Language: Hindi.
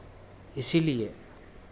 इसीलिए